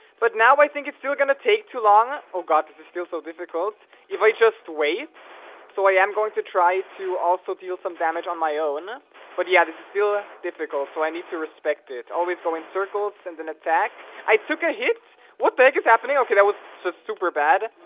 but now i think it's still gonna take too long. oh god this is still so difficult if i just wait so i am going to try to also deal some damage on my own and but yeah, this is still difficult, so i need to respect it always go in circles and then attack i took a hit what the heck is happening okay? that was just so super bad